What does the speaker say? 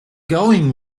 going